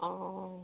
অ'